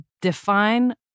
define